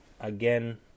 Again